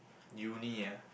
uni ah